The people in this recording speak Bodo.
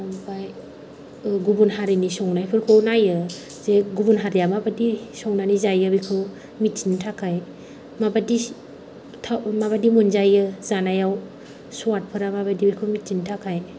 ओमफ्राय गुबुन हारिनि संनायफोरखौ नायो जे गुबुन हारिया माबायदि संनानै जायो बेखौ मिन्थिनो थाखाय माबायदि मोनजायो जानायाव स्वादफोरा माबायदि बेखौ मिन्थिनो थाखाय